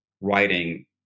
writing